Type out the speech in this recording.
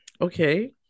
okay